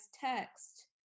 text